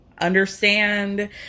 understand